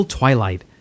Twilight